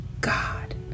God